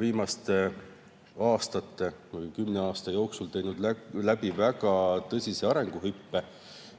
viimase kümne aasta jooksul teinud läbi väga tõsise arenguhüppe.